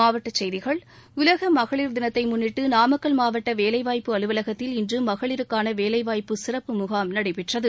மாவட்டச்செய்திகள் உலக மகளிர் தினத்தை முன்னிட்டு நாமக்கல் மாவட்ட வேலை வாய்ப்பு அலுவலகத்தில் இன்று மகளிருக்கான வேலைவாய்ப்பு சிறப்பு முகாம் நடைபெற்றது